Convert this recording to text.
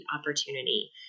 opportunity